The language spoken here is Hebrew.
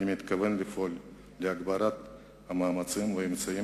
אני מתכוון לפעול להגברת המאמצים והאמצעים